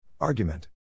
Argument